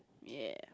ya